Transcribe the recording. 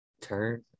turn